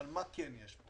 יש פה